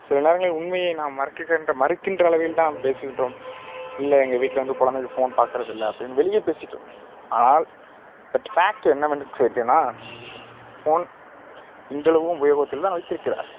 சில நேரங்களில் உண்மையை நாம் மறக்குகின்ற மறுக்கின்ற அளவில் தான் நாம் பேசுகின்றோம் இல்லை எங்கள் வீட்டில் வந்து குழந்தைங்க ஃபோன் பார்க்குறது இல்லை அப்படின்னு வெளியே பேசிட்டு ஆனால் பட் ஃபேக்ட் என்னவென்று ஃபோன் இன்றளவும் உபயோகித்தில்தான் வைத்திருக்கிறார்